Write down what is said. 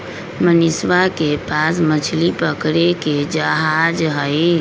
मनीषवा के पास मछली पकड़े के जहाज हई